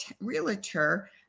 realtor